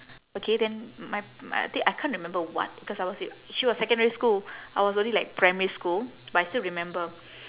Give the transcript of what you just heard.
okay then my my I think I can't remember what because I was in she was secondary school I was only like primary school but I still remember